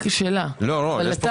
יש לי